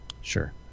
Sure